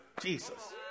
Jesus